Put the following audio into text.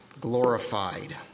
glorified